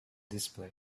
display